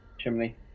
chimney